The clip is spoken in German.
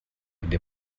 der